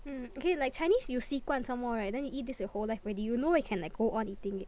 mm okay like Chinese you 习惯 some more right then you eat this your whole life already you know you can like go on eating it